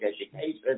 education